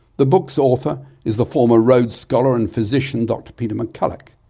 the book's author is the former rhodes scholar and physician dr peter mccullagh.